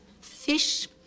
fish